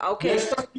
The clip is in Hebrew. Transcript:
יש תחקיר